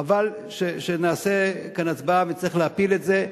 חבל שנעשה כאן הצבעה ונצטרך להפיל את זה,